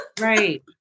Right